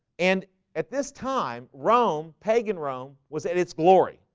and at this time rome pagan rome was at its glory.